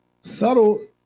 Subtle